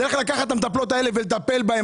צריך לקחת את המטפלות האלה ולטפל בהן.